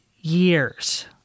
years